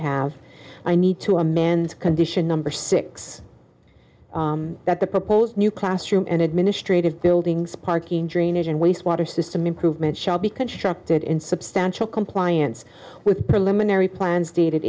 have i need to a man's condition number six that the proposed new classroom and administrative buildings parking drainage and waste water system improvement shall be constructed in substantial compliance with preliminary plans dated